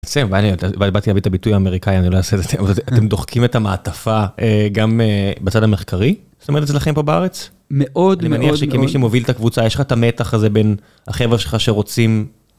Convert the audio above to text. יפה, באתי להביא את הביטוי האמריקאי אני לא אעשה את זה. אבל אתם דוחקים את המעטפה גם בצד המחקרי? זאת אומרת זה לכם פה בארץ? מאוד מאוד מאוד. אני מניח שכמי שמוביל את הקבוצה יש לך את המתח הזה בין החבר'ה שלך שרוצים...